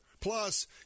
plus